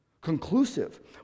conclusive